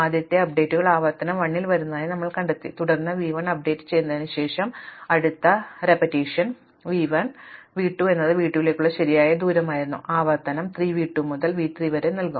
ആദ്യത്തെ അപ്ഡേറ്റുകൾ ആവർത്തനം 1 ൽ വരുന്നതായി ഞങ്ങൾ കണ്ടെത്തി തുടർന്ന് വി 1 അപ്ഡേറ്റുചെയ്തതിനുശേഷം അടുത്ത ആവർത്തനം v 1 v 2 എന്നത് v 2 ലേക്ക് ശരിയായ ദൂരമായിരുന്നു ആവർത്തനം 3 v 2 മുതൽ v 3 വരെ നൽകും